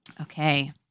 Okay